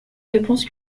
réponse